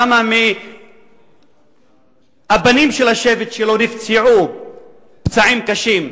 כמה מהבנים של השבט שלו נפצעו פצעים קשים,